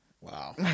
wow